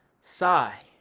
sigh